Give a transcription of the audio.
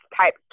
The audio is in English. type